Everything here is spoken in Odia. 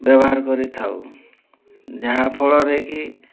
ବ୍ୟବହାର କରିଥାଉ ଯାହାଫଳରେ କି